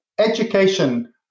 Education